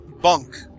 bunk